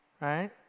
Right